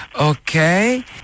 Okay